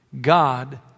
God